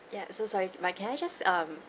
ya so sorry but can I just um